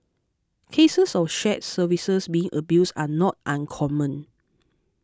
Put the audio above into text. cases of shared services being abused are not uncommon